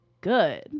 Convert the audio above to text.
good